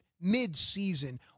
mid-season